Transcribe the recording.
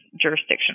jurisdiction